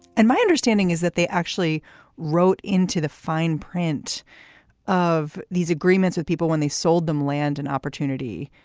and my understanding is that they actually wrote into the fine print of these agreements with people when they sold them land and opportunity,